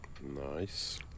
Nice